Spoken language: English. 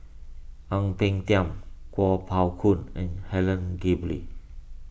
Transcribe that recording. Ang Peng Tiam Kuo Pao Kun and Helen Gilbey